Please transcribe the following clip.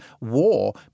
war